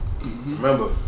Remember